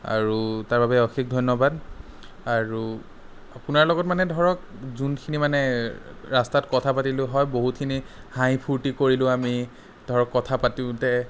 আৰু তাৰবাবে অশেষ ধন্যবাদ আৰু আপোনাৰ লগত মানে ধৰক যোনখিনি মানে ৰাস্তাত কথা পাতিলোঁ হয় বহুতখিনি হাঁহি ফুৰ্টি কৰিলোঁ আমি ধৰক কথা পাতোঁতে